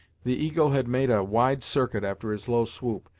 the eagle had made a wide circuit after his low swoop,